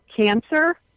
cancer